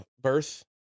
birth